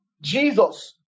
jesus